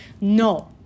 no